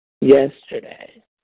yesterday